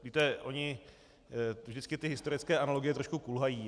Víte, ony vždycky ty historické analogie trošku kulhají.